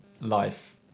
life